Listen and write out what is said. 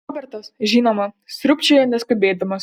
robertas žinoma sriūbčiojo neskubėdamas